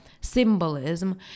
symbolism